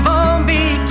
Bombay